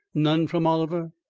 none from oliver?